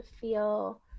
feel